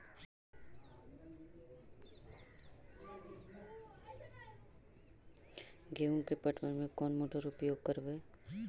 गेंहू के पटवन में कौन मोटर उपयोग करवय?